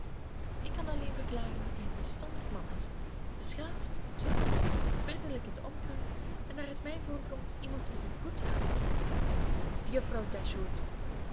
ik kan alleen verklaren dat hij een verstandig man is beschaafd ontwikkeld vriendelijk in den omgang en naar het mij voorkomt iemand met een goed hart juffrouw